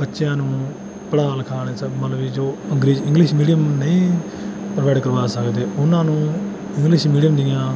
ਬੱਚਿਆਂ ਨੂੰ ਪੜ੍ਹਾ ਲਿਖਾ ਨਹੀਂ ਸਕ ਮਤਲਬ ਕਿ ਜੋ ਅੰਗਰੇ ਇੰਗਲਿਸ਼ ਮੀਡੀਅਮ ਨਹੀਂ ਪ੍ਰੋਵਾਈਡ ਕਰਵਾ ਸਕਦੇ ਉਹਨਾਂ ਨੂੰ ਇੰਗਲਿਸ਼ ਮੀਡੀਅਮ ਦੀਆਂ